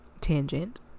tangent